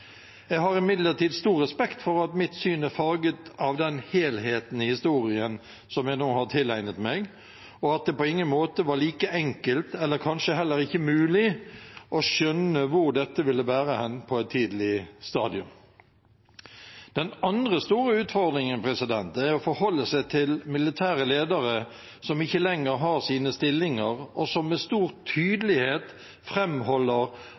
Jeg har imidlertid stor respekt for at mitt syn er farget av den helheten i historien som jeg nå har tilegnet meg, og at det på ingen måte var like enkelt, eller kanskje heller ikke mulig, å skjønne hvor dette ville bære hen på et tidlig stadium. Den andre store utfordringen er å forholde seg til militære ledere som ikke lenger har sine stillinger, og som med stor